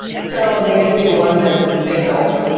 so they do one big, big gulp.